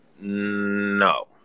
No